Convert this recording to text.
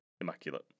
Immaculate